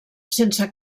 sense